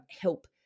help